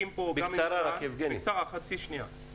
השאלה האחרונה היא לנציג משרד הבריאות